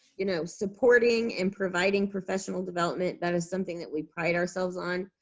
you know, supporting and providing professional development. that is something that we pride ourselves on.